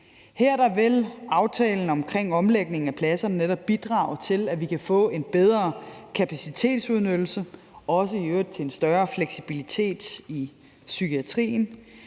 Her vil netop aftalen om omlægningen af pladserne bidrage til, at vi kan få en bedre kapacitetsudnyttelse, og i øvrigt også til en større fleksibilitet i psykiatrien.